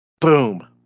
boom